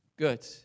Good